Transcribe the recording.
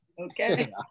Okay